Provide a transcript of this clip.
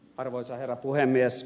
arvoisa herra puhemies